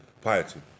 piety